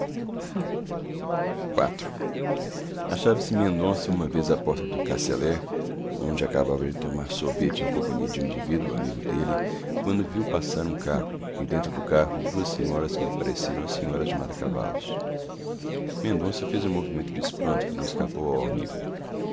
iv achava-se mendonça uma vez à porta do carceller onde acabava de tomar sorvete em companhia de um indivíduo amigo dele quando viu passar um carro e dentro do carro duas senhoras que lhe pareceram as senhoras de mata cavalos mendonça fez um movimento de espanto que não escapou ao amigo